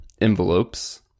envelopes